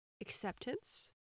acceptance